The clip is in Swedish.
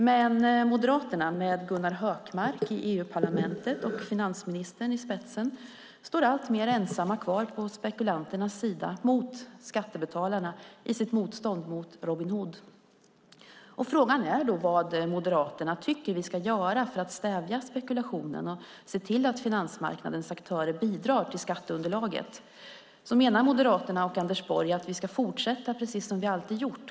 Men Moderaterna med Gunnar Hökmark i EU-parlamentet och finansministern i spetsen står alltmer ensamma kvar på spekulanternas sida mot skattebetalarna i sitt motstånd mot Robin Hood-skatten. Frågan är vad Moderaterna tycker att vi ska göra för att stävja spekulationen och se till att finansmarknadens aktörer bidrar till skatteunderlaget. Menar Moderaterna och Anders Borg att vi ska fortsätta precis som vi alltid har gjort?